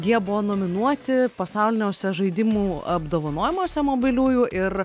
jie buvo nominuoti pasauliniuose žaidimų apdovanojimuose mobiliųjų ir